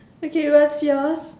okay what's yours